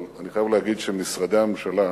אבל אני חייב להגיד שמשרדי הממשלה,